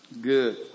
Good